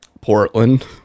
Portland